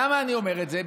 למה אני אומר את זה?